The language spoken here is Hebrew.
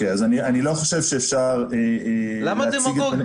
אני לא חושב שאפשר להציג --- למה דמגוגי?